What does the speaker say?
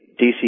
DC